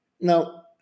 Now